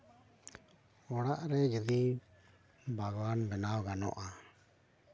ᱚᱲᱟᱜ ᱨᱮ ᱡᱩᱫᱤ ᱵᱟᱜᱽᱣᱟᱱ ᱵᱮᱱᱟᱣ ᱜᱟᱱᱚᱜᱼᱟ